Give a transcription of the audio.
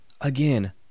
Again